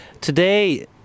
today